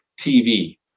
TV